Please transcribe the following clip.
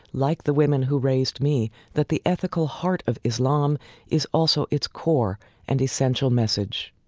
like the women who raised me, that the ethical heart of islam is also its core and essential message.